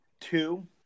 two